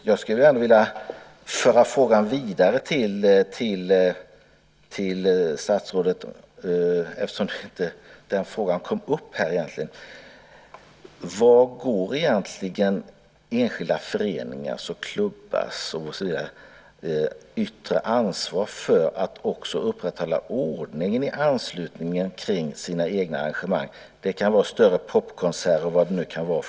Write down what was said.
Jag skulle vilja föra frågan vidare till statsrådet eftersom den frågan egentligen inte kom upp: Var går egentligen enskilda föreningars och klubbars yttre ansvar för att också upprätthålla ordningen i anslutning till sina egna arrangemang? Det kan vara större popkonserter och så vidare.